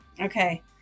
Okay